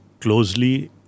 closely